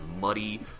muddy